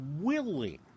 willing